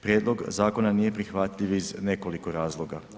Prijedlog zakona nije prihvatljiv iz nekoliko razloga.